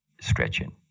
stretching